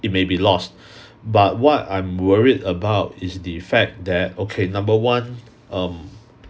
it may be lost but what I'm worried about is the fact that okay number one um